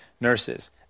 nurses